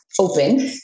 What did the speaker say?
open